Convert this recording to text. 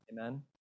amen